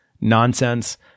nonsense